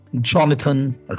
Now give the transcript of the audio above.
Jonathan